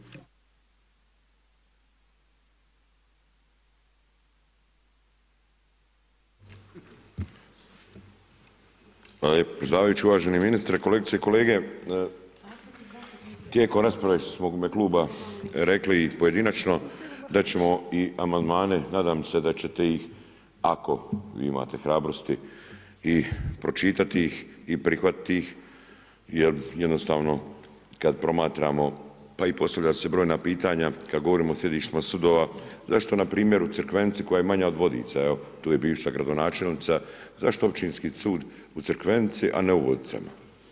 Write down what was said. Hvala lijepo predsjedavajući, uvaženi ministre, kolegice i kolege, tijekom rasprave smo u ime ovoga kluba rekli pojedinačno, da ćemo amandmane, nadam se da ćete ih ako vi imate hrabrosti i pročitate ih i prihvatiti ih, jer jednostavno, kada promatramo, pa i postavlja se brojna pitanja, kada govorimo o sjedištima sudova, zašto npr. u Crikvenici koja je manja od Vodica, tu je bivša gradonačelnica, zašto Općinski sud u Crikvenici a ne u Vodicama?